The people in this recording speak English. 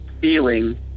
feeling